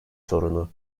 sorunu